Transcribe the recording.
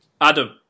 Adam